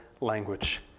language